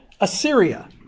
Assyria